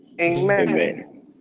Amen